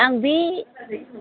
आं बे